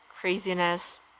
Craziness